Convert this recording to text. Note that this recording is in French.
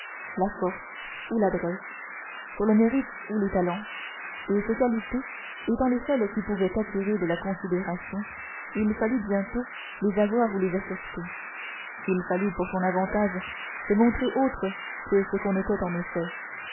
la force ou l'adresse sur le mérite ou les talents et ces qualités étant les seules qui pouvaient attirer de la considération il fallut bientôt les avoir ou les affecter il fallut pour son avantage se montrer autre que ce qu'on était en effet